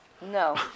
No